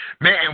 Man